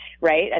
right